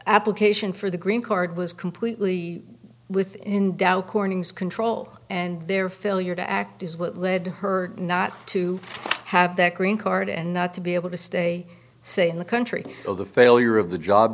application for the green card was completely within dow corning control and their failure to act is what led her not to have that green card and not to be able to stay say in the country of the failure of the job